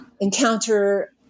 encounter